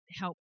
help